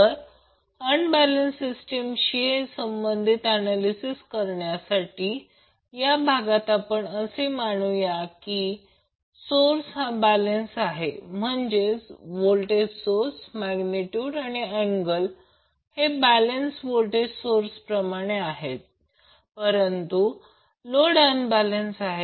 तर अनबॅलेन्स सिस्टीमशी संबंधित ऍनॅलिसिस करण्यासाठी या भागात आपण असे मानू या की सोर्स हा बॅलेन्स आहे म्हणजेच व्होल्टेज सोर्स मॅग्नेटयुट आणि अँगल हे बॅलेन्स व्होल्टेज सोर्सप्रमाणे आहेत परंतु लोड अनबॅलेन्स आहे